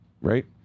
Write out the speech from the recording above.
right